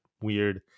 weird